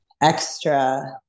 extra